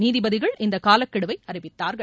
நீதிபதிகள் இந்தக் காலக்கெடுவை அறிவித்தார்கள்